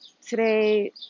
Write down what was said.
today